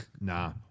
nah